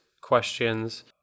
questions